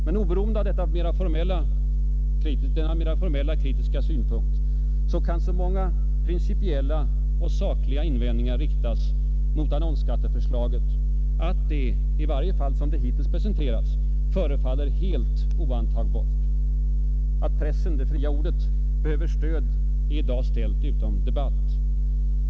Men oberoende av denna mera formella, kritiska synpunkt kan så många principiella och sakliga invändningar riktas mot annonsskatteförslaget, att det — i varje fall såsom det hittills presenterats — förefaller helt oantagbart. Att pressen — det fria ordet — behöver stöd är i dag ställt utom debatt.